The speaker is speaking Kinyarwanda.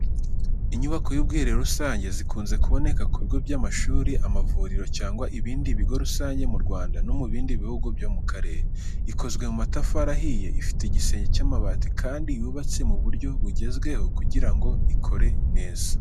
Inyubako y’ubwiherero rusange, zikunze kuboneka ku bigo by’amashuri, amavuriro cyangwa ibindi bigo rusange mu Rwanda no mu bindi bihugu byo mu karere. Ikozwe mu matafari ahiye, ifite igisenge cy'amabati kandi yubatse mu buryo bugezweho kugira ngo ikore neza.